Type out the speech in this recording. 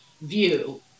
view